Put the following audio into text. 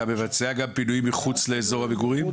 אתה מבצע גם פינויים מחוץ לאזור המגורים?